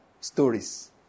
stories